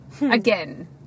Again